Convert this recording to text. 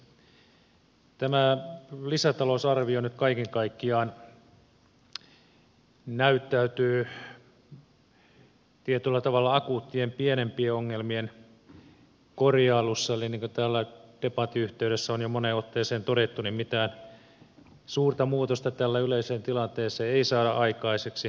tämä lisätalousarvio nyt kaiken kaikkiaan näyttäytyy tietyllä tavalla akuuttien pienempien ongelmien korjailussa eli niin kuin täällä debatin yhteydessä on jo moneen otteeseen todettu niin mitään suurta muutosta tällä yleiseen tilanteeseen ei saada aikaiseksi